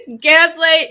Gaslight